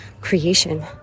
creation